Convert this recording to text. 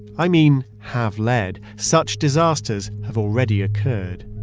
i mean have led. such disasters have already occurred.